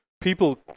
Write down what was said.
people